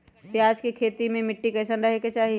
प्याज के खेती मे मिट्टी कैसन रहे के चाही?